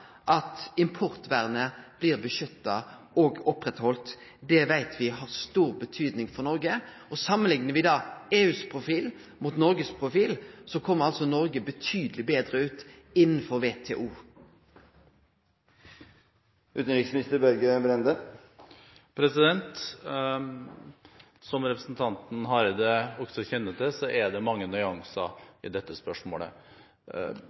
at importvernet blir beskytta og oppretthalde? Det veit me har stor betydning for Noreg. Samanliknar me EUs profil med Noregs profil innanfor WTO, kjem altså Noreg betydeleg betre ut. Som representanten Hareide også kjenner til, er det mange nyanser i dette spørsmålet. Noe er knyttet til det